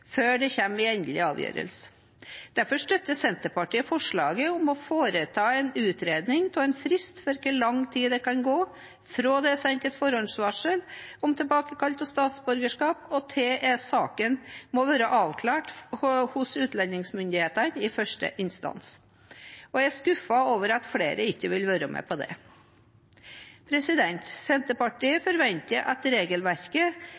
før det kommer en endelig avgjørelse. Derfor støtter Senterpartiet forslaget om å foreta en utredning av en frist for hvor lang tid det kan gå fra det er sendt et forhåndsvarsel om tilbakekall av statsborgerskap, til saken må være avklart hos utlendingsmyndighetene i første instans. Jeg er skuffet over at flere ikke vil være med på det. Senterpartiet forventer at regelverket